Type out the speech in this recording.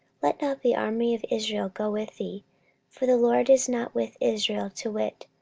let not the army of israel go with thee for the lord is not with israel, to wit,